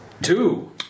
two